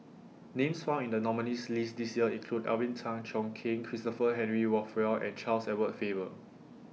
Names found in The nominees' list This Year include Alvin Tan Cheong Kheng Christopher Henry Rothwell and Charles Edward Faber